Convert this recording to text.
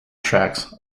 tracks